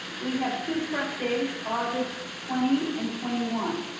we have two prep days, august twenty and twenty one,